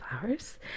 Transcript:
flowers